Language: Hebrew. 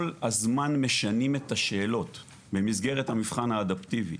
הזמן משנים את השאלות במסגרת המבחן האדפטיבי.